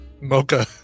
mocha